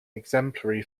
exemplary